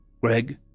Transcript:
Greg